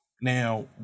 now